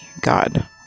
God